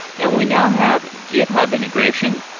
and we now have github integration.